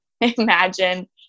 imagine